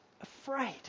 afraid